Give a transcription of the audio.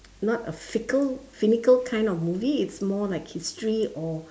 not a fickle finical kind of movie it's more like history or